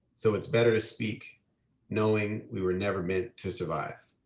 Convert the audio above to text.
so it's better to speak knowing we were never meant to survive.